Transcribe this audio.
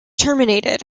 terminated